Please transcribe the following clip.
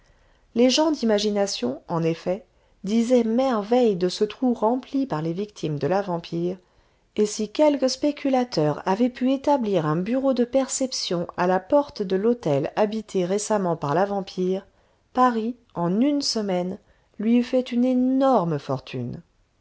les gens d'imagination en effet disaient merveilles de ce trou rempli par les victimes de la vampire et si quelque spéculateur avait pu établir un bureau de perception à la porte de l'hôtel habité récemment par la vampire paris en une semaine lui eut fait une énorme fortune